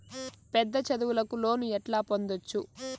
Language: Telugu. పెద్ద చదువులకు లోను ఎట్లా పొందొచ్చు